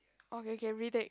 okay okay retake